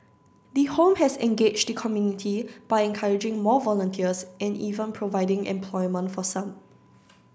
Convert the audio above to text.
the home has engaged the community by encouraging more volunteers and even providing employment for some